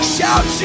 Shout